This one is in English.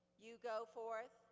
you go forth,